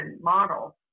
model